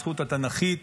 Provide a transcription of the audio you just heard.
הזכות התנ"כית,